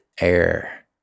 air